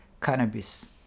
cannabis